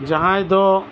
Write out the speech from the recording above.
ᱡᱟᱸᱦᱟᱭ ᱫᱚ